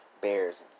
Bears